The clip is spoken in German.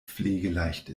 pflegeleicht